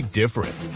different